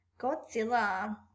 Godzilla